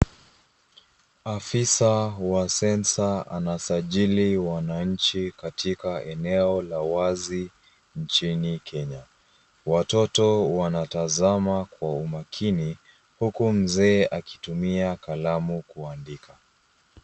Afisa wa census anasajili wananchi katika eneo la wazi nchini Kenya. Watoto wanatazama kwa umakini huku mzee akitumia kalamu kuandika.